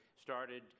started